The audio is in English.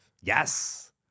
Yes